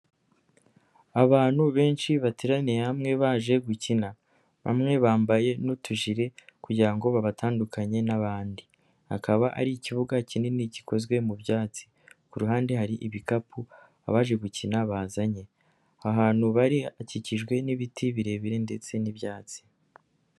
Abantu benshi bateraniye hamwe baje gukina, bamwe bambaye n'utujire kugira ngo babatandukanye n'abandi akaba ari ikibuga kinini gikozwe mu byatsi, ku ruhande hari ibikapu abaje gukina bazanye. Ahantu bari hakikijwe n'ibiti birebire ndetse n'ibyatsi.